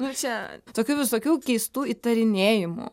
nu čia tokių visokių keistų įtarinėjimų